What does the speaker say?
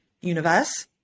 universe